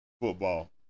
football